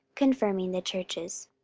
confirming the churches.